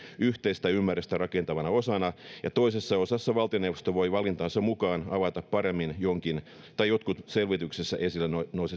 yhteistä ymmärrystä rakentavana osana ja toisessa osassa valtioneuvosto voi valintansa mukaan avata paremmin jonkin tai jotkut selvityksessä esille